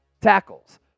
tackles